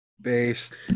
Based